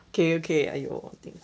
okay okay !aiyo! thing